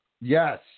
Yes